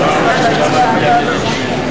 מצביעים.